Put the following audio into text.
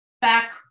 back